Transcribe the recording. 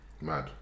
mad